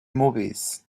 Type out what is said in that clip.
movies